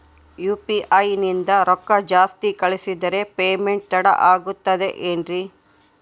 UPI ನಿಂದ ರೊಕ್ಕ ಜಾಸ್ತಿ ಕಳಿಸಿದರೆ ಪೇಮೆಂಟ್ ತಡ ಆಗುತ್ತದೆ ಎನ್ರಿ?